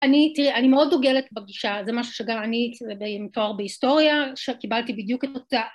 ‫אני, תראי, אני מאוד דוגלת בגישה, ‫זה משהו שגם, אני, עם תואר בהיסטוריה, ‫שקיבלתי בדיוק את אותה